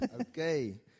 Okay